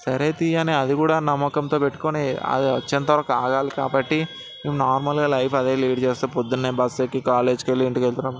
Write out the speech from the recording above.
సరే తీ అని అది కూడా నమ్మకంతో పెట్టుకొని అది వచ్చేంతవరకు ఆగాలి కాబట్టి నార్మల్గా లైఫ్ అదే లీడ్ చేస్తూ పొద్దున్న బస్సెక్కి కాలేజికి వెళ్ళి ఇంటికి వెళ్తున్నాం